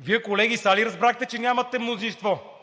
Вие, колеги, сега ли разбрахте, че нямате мнозинство?